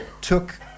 took